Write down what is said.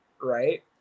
right